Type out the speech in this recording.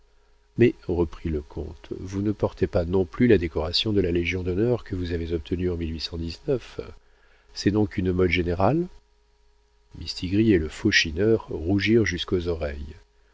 mais reprit le comte vous ne portez pas non plus la décoration de la légion-d'honneur que vous avez obtenue en c'est donc une mode générale mistigris et le faux schinner rougirent jusqu'aux oreilles